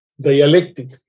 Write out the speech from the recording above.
dialectic